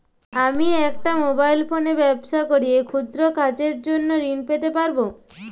আমি একটি মোবাইল ফোনে ব্যবসা করি এই ক্ষুদ্র কাজের জন্য ঋণ পেতে পারব?